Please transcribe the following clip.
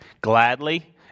gladly